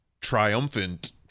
triumphant